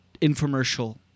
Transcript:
infomercial